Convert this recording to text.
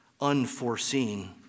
unforeseen